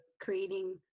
creating